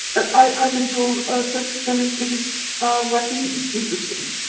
i've been told a sex offender's biggest weapon is secrecy.